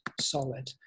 solid